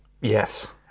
Yes